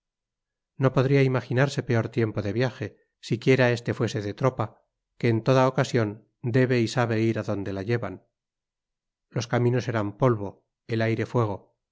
no podría imaginarse peor tiempo de viaje siquiera este fuese de tropa que en toda ocasión debe y sabe ir a donde la llevan los caminos eran polvo el aire fuego